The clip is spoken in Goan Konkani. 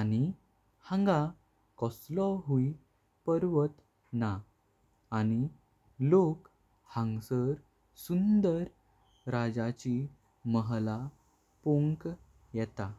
आनि हांगा कसलो आवी पर्वत। ना आनि लोक हंसार सुंदर राजाचि महाला पोवंक येता।